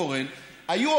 אבל לבוש,